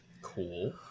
Cool